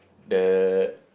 the